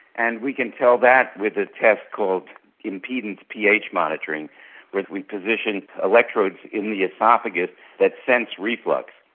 and we can tell that with a test called impedance ph monitoring where we position electrodes in the oesophagus that sense reflux,